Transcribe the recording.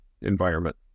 environment